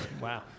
Wow